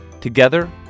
Together